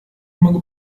могу